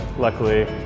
luckily,